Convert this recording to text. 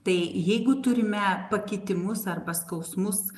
tai jeigu turime pakitimus arba skausmus